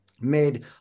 made